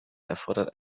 erfordert